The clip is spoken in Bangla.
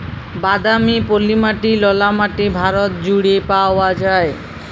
বাদামি, পলি মাটি, ললা মাটি ভারত জুইড়ে পাউয়া যায়